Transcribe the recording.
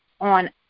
on